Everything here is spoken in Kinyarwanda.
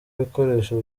ibikoresho